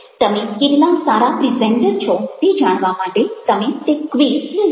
તમે કેટલા સારા પ્રિઝેન્ટર છો તે જાણવા માટે તમે તે ક્વિઝ લઈ શકો